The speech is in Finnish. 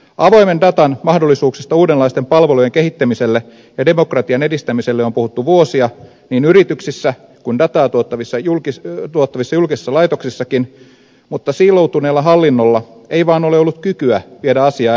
avoimen datan mahdollisuuksista uudenlaisten palvelujen kehittämiselle ja demokratian edistämiselle on puhuttu vuosia niin yrityksissä kuin dataa tuottavissa julkisissa laitoksissakin mutta siiloutuneella hallinnolla ei vaan ole ollut kykyä viedä asiaa eteenpäin